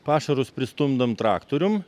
pašarus pristumdom traktorium